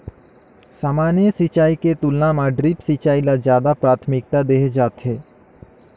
सामान्य सिंचाई के तुलना म ड्रिप सिंचाई ल ज्यादा प्राथमिकता देहे जाथे